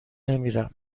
نمیرم